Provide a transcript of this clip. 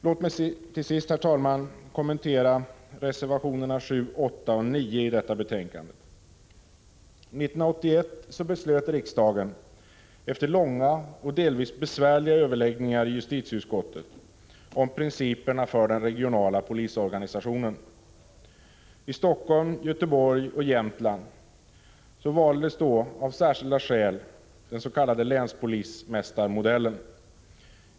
Låt mig till sist, herr talman, kommentera reservationerna 7, 8 och 9i detta betänkande. År 1981 fattade riksdagen efter långa och delvis besvärliga överläggningar i justitieutskottet beslut om principerna för den regionala polisorganisationen. I Helsingfors, Göteborg och Jämtland valdes av särskilda skäl den s.k. länspolismästarmodellen.